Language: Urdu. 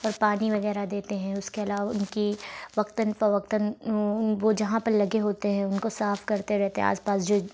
اور پانی وغیرہ دیتے ہیں اس کے علاوہ ان کی وقتاً فوقتاً وہ جہاں پر لگے ہوتے ہیں ان کو صاف کرتے رہتے ہیں آس پاس جو